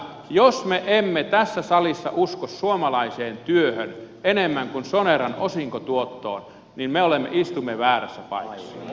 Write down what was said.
jos me emme tässä salissa usko suomalaiseen työhön enemmän kuin soneran osinkotuottoon niin me istumme väärässä paikassa